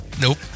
Nope